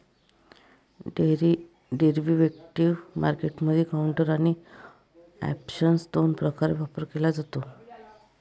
derivative मार्केटमधील counter आणि option दोन प्रकारे व्यापार केला जातो